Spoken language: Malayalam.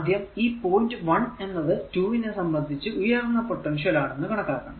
ആദ്യം ഈ പോയിന്റ് 1 എന്നത് 2 നെ സംബന്ധിച്ചു ഉയർന്ന പൊട്ടൻഷ്യൽ ആണെന്ന് കണക്കാക്കാം